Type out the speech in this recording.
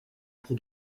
pour